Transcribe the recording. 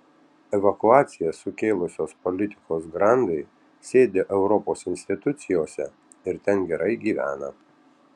evakuaciją sukėlusios politikos grandai sėdi europos institucijose ir ten gerai gyvena